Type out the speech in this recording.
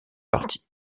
parti